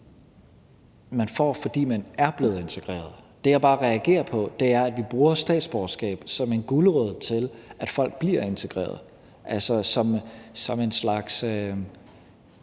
man får, fordi man er blevet integreret. Det, jeg bare reagerer på, er, at vi bruger statsborgerskabet som en gulerod, for at folk bliver integreret, altså som en slags